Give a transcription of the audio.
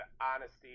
honesty